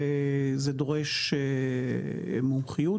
וזה דורש מומחיות.